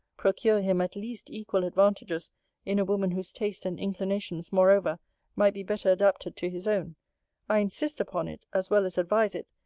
procure him at least equal advantages in a woman whose taste and inclinations moreover might be better adapted to his own i insist upon it, as well as advise it,